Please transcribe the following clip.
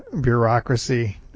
bureaucracy